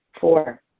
Four